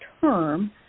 term